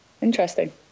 Interesting